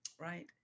Right